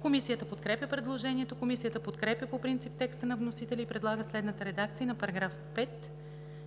Комисията подкрепя предложението. Комисията подкрепя по принцип текста на вносителя и предлага следната редакция на § 5: